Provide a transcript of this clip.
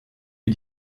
est